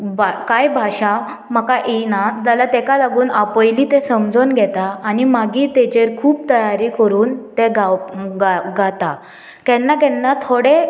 कांय भाशा म्हाका येयना जाल्यार तेका लागून हांव पयली तें समजोन घेता आनी मागीर तेचेर खूब तयारी करून ते गावपा गाता केन्ना केन्ना थोडें